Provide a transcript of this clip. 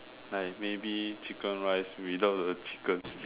like maybe chicken rice without the chicken